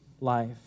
life